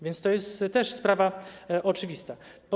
Więc to jest też sprawa oczywista.